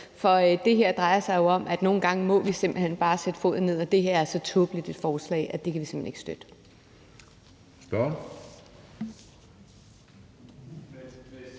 for det her drejer sig jo om, at vi nogle gange simpelt hen bare må sætte foden ned, og det her er så tåbeligt et forslag, at det kan vi simpelt hen ikke støtte.